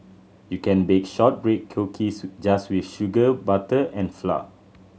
you can bake shortbread cookies just with sugar butter and flour